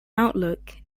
outlook